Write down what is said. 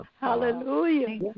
Hallelujah